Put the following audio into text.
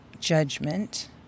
judgment